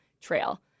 TRAIL